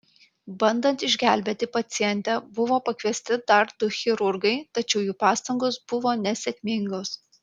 bandant išgelbėti pacientę buvo pakviesti dar du chirurgai tačiau jų pastangos buvo nesėkmingos